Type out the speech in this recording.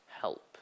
help